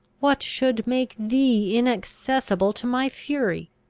what should make thee inaccessible to my fury?